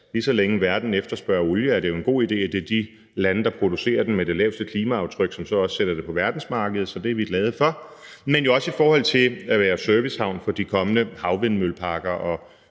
Lige så længe verden efterspørger olie, er det jo en god idé, at det er de lande, der producerer den med det laveste klimaaftryk, som også sætter den på verdensmarkedet. Så det er vi glade for. Det gælder jo også i forhold til at være servicehavn for de kommende havvindmølleparker og